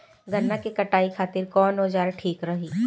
गन्ना के कटाई खातिर कवन औजार ठीक रही?